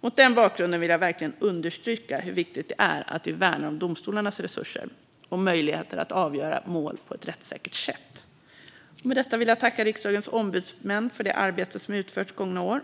Mot den bakgrunden vill jag verkligen understryka hur viktigt det är att vi värnar domstolarnas resurser och möjligheter att avgöra mål på ett rättssäkert sätt. Med detta vill jag tacka riksdagens ombudsmän för det arbete som utförts gångna år.